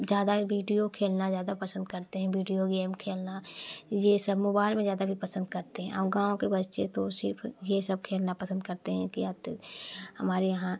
ज़्यादा विडियो खेलना ज़्यादा पसंद करते हैं विडियो गेम खेलना यह सब मोबाइल में ज़्यादा भी पसंद करते हैं आउं गाँव के बच्चे तो सिर्फ़ यह सब खेलना पसंद करते हैं कि अत हमारे यहाँ